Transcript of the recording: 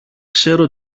ξέρω